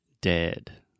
dead